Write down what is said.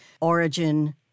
Origin